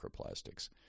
microplastics